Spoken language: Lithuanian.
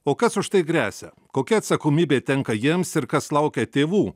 o kas už tai gresia kokia atsakomybė tenka jiems ir kas laukia tėvų